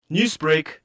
Newsbreak